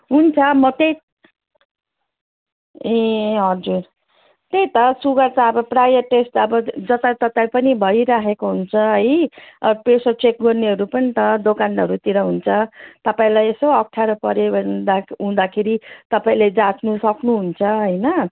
हुन्छ म त्यही ए हजुर त्यही त सुगर त अब प्रायः टेस्ट त अब जताततै पनि भइराखेको हुन्छ है प्रेसर चेक गर्नेहरू पनि त दोकानहरूतिर हुन्छ तपाईँलाई यसो अप्ठ्यारो पऱ्यो भन्दा हुँदाखेरि तपाईँले जाँच्नु सक्नुहुन्छ